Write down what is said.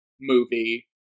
movie